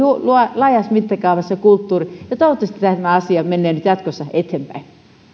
laajassa mittakaavassa kulttuuri toivottavasti tämä asia menee nyt jatkossa eteenpäin